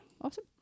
Awesome